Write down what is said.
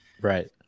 Right